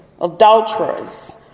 adulterers